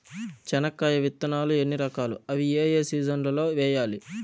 చెనక్కాయ విత్తనాలు ఎన్ని రకాలు? అవి ఏ ఏ సీజన్లలో వేయాలి?